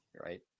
right